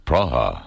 Praha